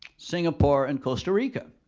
singapore, and costa rica.